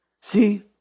See